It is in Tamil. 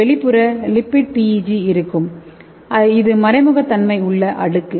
ஒரு வெளிப்புற லிப்பிட் PEG இருக்கும் இது மறைமுக தன்மை உள்ள அடுக்கு